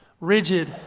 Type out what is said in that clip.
rigid